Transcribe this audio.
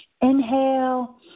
inhale